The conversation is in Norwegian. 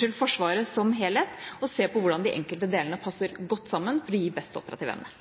se på Forsvaret som helhet, og se på hvordan de enkelte delene passer godt sammen, for å gi best operativ evne.